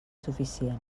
suficient